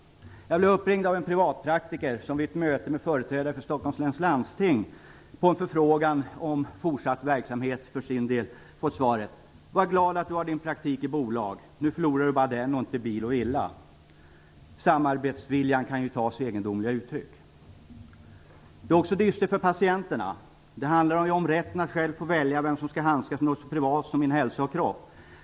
Jag blev uppringd av en privatpraktiker som vid ett möte med företrädare för Stockholms läns landsting på en förfrågan om fortsatt verksamhet för sin del fått svaret: Var glad att du har din praktik i bolag! Nu förlorar du bara den, och inte bil och villa. Samarbetsviljan kan ta sig egendomliga uttryck! Det är också dystert för patienterna. Det handlar ju om rätten att själv få välja vem som skall handskas med något så privat som den egna hälsan och kroppen.